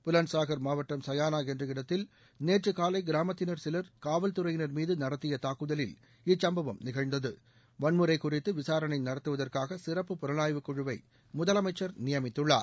புலன்சாகர் மாவட்டம் சயானா என்ற இடத்தில் நேற்று காலை கிராமத்தினர் சிலர் காவல்துறையினர் மீது நடத்திய தாக்குதலில் இச்சம்பவம் நிகழ்ந்தது வன்முறை குறித்து விசாரணை நடத்துவதற்காக சிறப்பு புலனாய்வு குழுவை முதலமைச்சர் நியமித்துள்ளார்